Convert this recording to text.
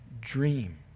dream